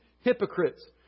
hypocrites